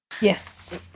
Yes